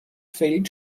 feld